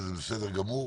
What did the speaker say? שזה בסדר גמור,